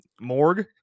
morgue